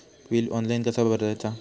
Bill online कसा भरायचा?